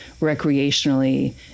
recreationally